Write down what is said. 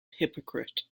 hypocrite